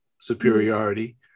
Superiority